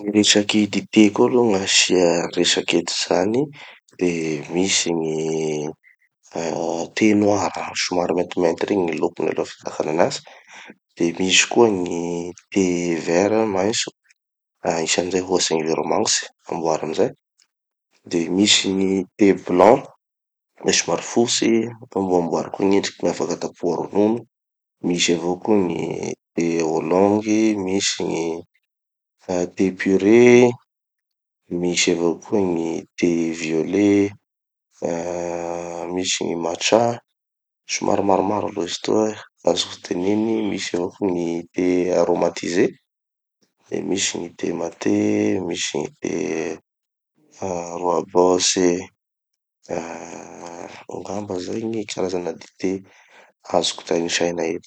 Gny resaky dité koa aloha gn'asia resaky eto zany de misy gny ah gny thé noir, somary maintimainty regny gny lokony aloha ahafatarana anazy, de misy koa gny thé vert, maintso, agnisan'izay ohatsy gny vero magnitsy, amboary amizay, de misy gny thé blanc, le somary fotsy, amboarimboary koa gn'endriky afaky tapoha ronono, misy avao koa gny thé wulong, misy gny ah thé puré, misy avao koa gny thé violet, ah misy gny matcha, somary maromaro aloha izy toa gn'azoko teneny, misy avao koa gny thé aromathisé, de misy gny thé maté, misy gny thé ah roibos. Ah angamba zay gny karazana dité azoko tanisaina eto.